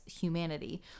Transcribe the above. humanity